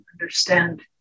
understand